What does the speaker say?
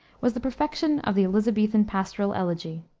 was the perfection of the elisabethan pastoral elegy.